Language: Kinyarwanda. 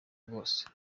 bwose